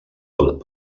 pot